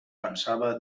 pensava